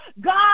God